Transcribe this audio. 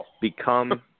become